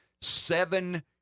seven